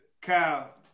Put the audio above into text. Kyle